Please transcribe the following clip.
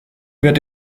wird